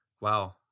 Wow